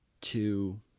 two